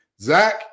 Zach